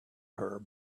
her